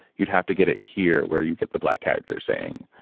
you'd have to get it here where you get the black character saying,